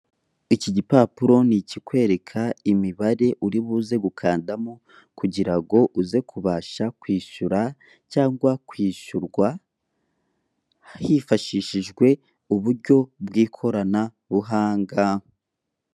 Iki gipapuro ni ikikwereka imibare uri buze gukandamo kugira ngo uze kubasha kwishyura cyangwa kwishyurwa hifashishijwe uburyo bw'ikoranabuhanga.